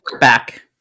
back